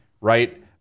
right